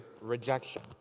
rejection